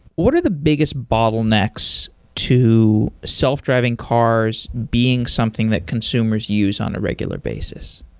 what are the biggest bottlenecks to self-driving cars, being something that consumers use on a regular basis?